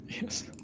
Yes